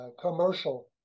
commercial